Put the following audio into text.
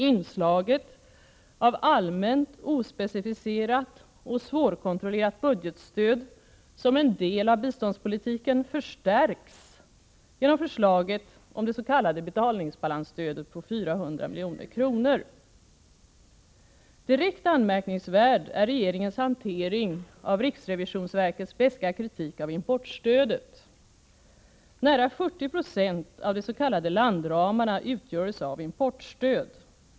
Inslaget av allmänt ospecificerat och svårkontrollerat budgetstöd som en del av biståndspolitiken förstärks genom förslaget om det s.k. betalningsbalansstödet på 400 milj.kr. Direkt anmärkningsvärd är regeringens hantering av riksrevisionsverkets beska kritik av importstödet. Nära 40976 av de s.k. landramarna utgörs av importstöd.